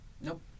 Nope